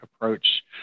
approach